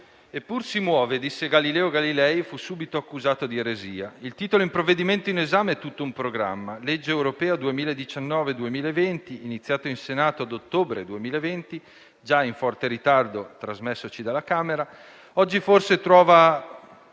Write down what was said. "eppur si muove" disse Galileo Galilei, e fu subito accusato di eresia. Il titolo del provvedimento in esame è tutto un programma ("Legge europea 2019-2020"), iniziato in Senato a ottobre 2020, già in forte ritardo, trasmessoci dalla Camera. Oggi forse fa